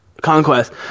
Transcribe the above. conquest